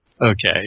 Okay